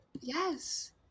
Yes